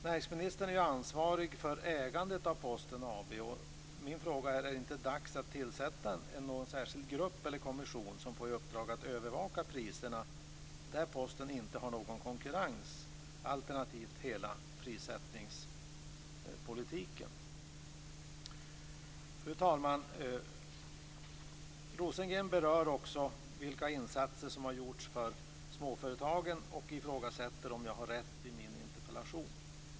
Näringsministern är ansvarig för ägandet av Posten AB, och min fråga är: Är det inte dags att tillsätta en särskild grupp eller kommission som får i uppdrag att övervaka priserna där Posten inte har någon konkurrens, alternativt hela prissättningspolitiken? Fru talman! Rosengren berör också vilka insatser som har gjorts för småföretagen och ifrågasätter om jag har rätt i min interpellation.